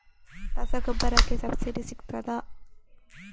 ರಸಗೊಬ್ಬರಕ್ಕೆ ಸಬ್ಸಿಡಿ ಸಿಗ್ತದಾ?